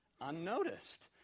Unnoticed